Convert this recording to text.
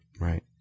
Right